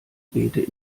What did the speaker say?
bete